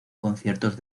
conciertos